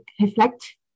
reflect